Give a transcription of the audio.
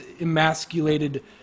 emasculated